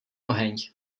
oheň